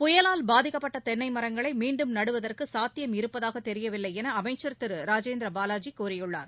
புயலால் பாதிக்கப்பட்ட தென்னை மரங்களை மீண்டும் நடுவதற்கு சாத்தியமிருப்பதாக தெரியவில்லை என அமைச்சர் திரு ராஜேந்திர பாலாஜி கூறியுள்ளார்